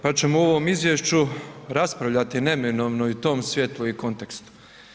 Pa ćemo o ovom izvješću raspravljati neminovno i u tom svjetlu i kontekstu.